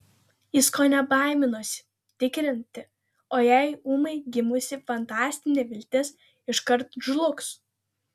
jis kone baiminosi tikrinti o jei ūmai gimusi fantastinė viltis iškart žlugs